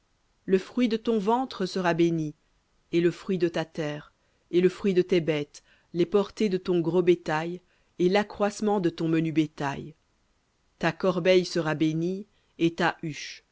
le fruit de ton ventre sera béni et le fruit de ta terre et le fruit de tes bêtes les portées de ton gros bétail et l'accroissement de ton menu bétail ta corbeille sera bénie et ta huche